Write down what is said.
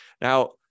Now